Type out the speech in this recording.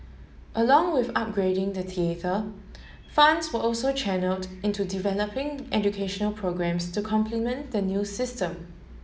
along with upgrading the theatre funds were also channelled into developing educational programmes to complement the new system